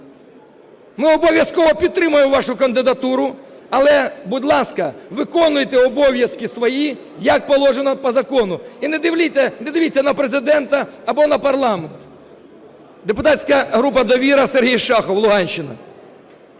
Ми обов'язково підтримаємо вашу кандидатуру. Але, будь ласка, виконуйте обов'язки свої, як положено, по закону, і не дивіться на Президента або на парламент. Депутатська група "Довіра", Сергій Шахов, Луганщина.